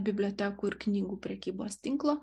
bibliotekų ir knygų prekybos tinklo